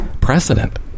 precedent